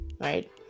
Right